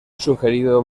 sugerido